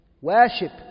Worship